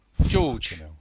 George